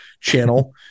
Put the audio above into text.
Channel